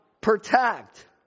protect